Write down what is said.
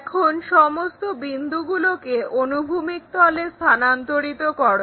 এখন সমস্ত বিন্দুগুলোকে অনুভূমিক তলে স্থানান্তরিত করো